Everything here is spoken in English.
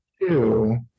two